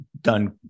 done